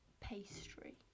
pastry